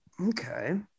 okay